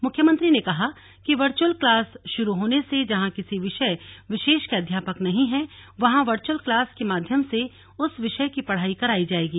मुख्यमंत्री ने कहा कि वर्चुअल क्लास शुरू होने से जहां किसी विषय विशेष के अध्यापक नहीं हैं वहां वर्चुअल क्लास के माध्यम से उस विषय की पढ़ाई कराई जाएगी